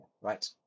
Right